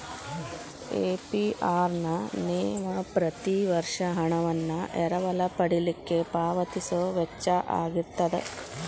APR ನ ನೇವ ಪ್ರತಿ ವರ್ಷ ಹಣವನ್ನ ಎರವಲ ಪಡಿಲಿಕ್ಕೆ ಪಾವತಿಸೊ ವೆಚ್ಚಾಅಗಿರ್ತದ